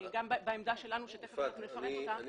את העמדה שלנו נפרט בהמשך.